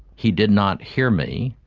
he did not hear me,